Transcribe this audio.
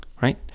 Right